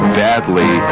badly